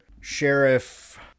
Sheriff